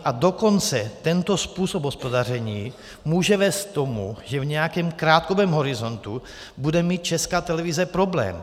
A dokonce tento způsob hospodaření může vést k tomu, že v nějakém krátkodobém horizontu bude mít Česká televize problém.